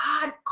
God